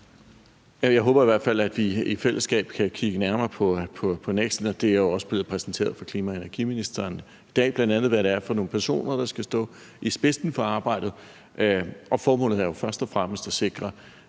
Jeg håber i hvert fald, at vi i fællesskab kan kigge nærmere på NEKST'en, og det er også blevet præsenteret af klima- og energiministeren i dag, og det handlede bl.a. om, hvad det er for nogle personer, der skal stå i spidsen for arbejdet, og formålet er jo først og fremmest at sikre,